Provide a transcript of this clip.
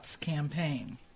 campaign